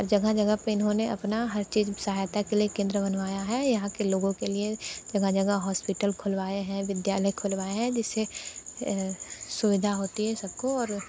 और जगह जगह पर इन्होने अपना हर चीज़ में सहायता के लिए केंद्र बनवाया हैं यहाँ के लोगों के लिए जगह जगह हॉस्पिटल खुलवाएं हैं विद्यालय खुलवाएं हैं जिससे सुविधा होती हैं सबको और